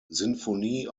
sinfonie